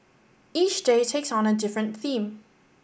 each day takes on a different theme